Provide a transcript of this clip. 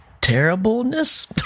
terribleness